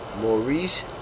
Maurice